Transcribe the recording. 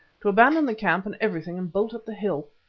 to abandon the camp and everything and bolt up the hill.